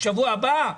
שבוע הבא?